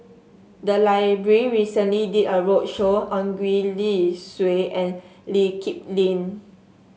the library recently did a roadshow on Gwee Li Sui and Lee Kip Lin